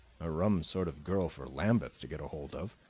a rum sort of girl for lambeth to get hold of!